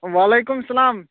وعلیکُم السلام